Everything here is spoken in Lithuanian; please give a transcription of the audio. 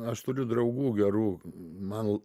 aš turiu draugų gerų man